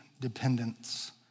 dependence